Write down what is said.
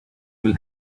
will